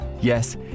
Yes